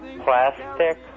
plastic